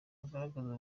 agaragaza